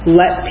let